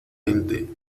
gente